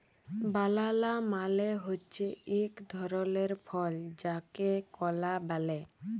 বালালা মালে হছে ইক ধরলের ফল যাকে কলা ব্যলে